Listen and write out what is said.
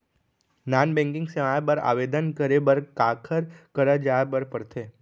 non banking सेवाएं बर आवेदन करे बर काखर करा जाए बर परथे